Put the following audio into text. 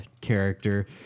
character